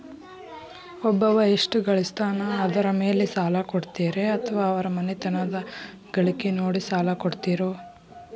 ಒಬ್ಬವ ಎಷ್ಟ ಗಳಿಸ್ತಾನ ಅದರ ಮೇಲೆ ಸಾಲ ಕೊಡ್ತೇರಿ ಅಥವಾ ಅವರ ಮನಿತನದ ಗಳಿಕಿ ನೋಡಿ ಸಾಲ ಕೊಡ್ತಿರೋ?